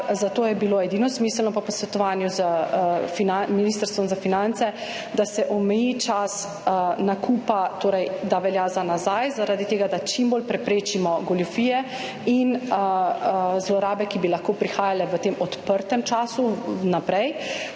zato je bilo edino smiselno po posvetovanju z Ministrstvom za finance, da se omeji čas nakupa, torej, da velja za nazaj, zaradi tega, da čim bolj preprečimo goljufije in zlorabe, ki bi lahko prihajale v tem odprtem času naprej.